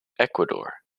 ecuador